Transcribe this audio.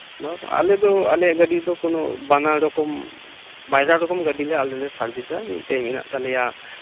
ᱵᱟᱝ ᱵᱟᱝ ᱟᱞᱮ ᱫᱚ ᱟᱞᱮᱭᱟᱜ ᱜᱟᱹᱰᱤ ᱫᱚ ᱠᱚᱱᱚ ᱵᱟᱱᱟᱨ ᱨᱚᱠᱚᱢ ᱵᱟᱭᱨᱟ ᱨᱚᱠᱚᱢ ᱜᱟᱹᱰᱤᱞᱮ ᱟᱞᱮ ᱞᱮ ᱥᱟᱨᱵᱷᱤᱥᱟ ᱢᱤᱫᱴᱮᱡ ᱢᱮᱱᱟᱜ ᱛᱟᱞᱮᱭᱟ